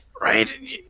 right